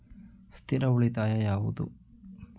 ಸ್ಥಿರ ಉಳಿತಾಯ ಯಾವುದು?